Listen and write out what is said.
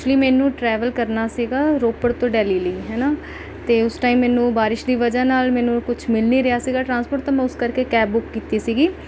actually ਮੈਨੂੰ travel ਕਰਨਾ ਸੀਗਾ ਰੋਪੜ ਤੋਂ ਡੈਲੀ ਲਈ ਹੈ ਨਾ ਅਤੇ ਉਸ ਟਾਈਮ ਮੈਨੂੰ ਬਾਰਿਸ਼ ਦੀ ਵਜ੍ਹਾ ਨਾਲ ਮੈਨੂੰ ਕੁਛ ਮਿਲ ਨਹੀਂ ਰਿਹਾ ਸੀਗਾ ਟਰਾਂਸਪੋਰਟ ਤਾਂ ਮੈਂ ਉਸ ਕਰਕੇ ਕੈਬ ਬੁੱਕ ਕੀਤੀ ਸੀਗੀ